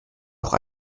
noch